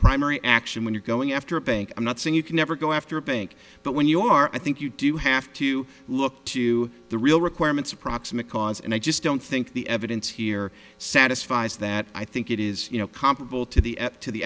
primary action when you're going after i'm not saying you can never go after pink but when you are i think you do have to look to the real requirements of proximate cause and i just don't think the evidence here satisfies that i think it you know comparable to the up to the